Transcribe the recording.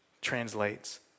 Translates